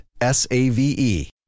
S-A-V-E